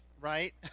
right